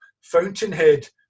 fountainhead